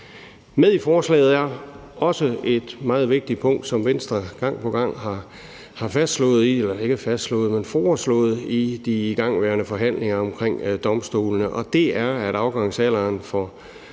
Med i forslaget er også et meget vigtigt punkt, som Venstre gang på gang har foreslået i de igangværende forhandlinger omkring domstolene, og det er, at afgangsalderen for